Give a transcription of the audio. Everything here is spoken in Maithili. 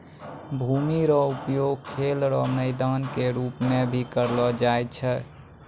भूमि रो उपयोग खेल रो मैदान के रूप मे भी करलो जाय छै